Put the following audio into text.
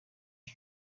pig